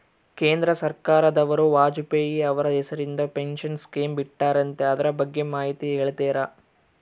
ಕೇಂದ್ರ ಸರ್ಕಾರದವರು ವಾಜಪೇಯಿ ಅವರ ಹೆಸರಿಂದ ಪೆನ್ಶನ್ ಸ್ಕೇಮ್ ಬಿಟ್ಟಾರಂತೆ ಅದರ ಬಗ್ಗೆ ಮಾಹಿತಿ ಹೇಳ್ತೇರಾ?